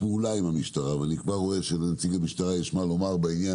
פעולה עם המשטרה ואני כבר רואה שלנציגי המשטרה יש למה לומר בעניין